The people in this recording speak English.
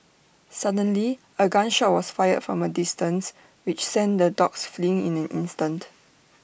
suddenly A gun shot was fired from A distance which sent the dogs fleeing in an instant